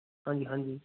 ਹਾਂਜੀ ਹਾਂਜੀ